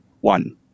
one